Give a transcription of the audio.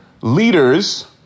leaders